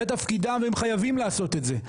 זה תפקידם והם חייבים לעשות את זה.